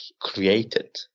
created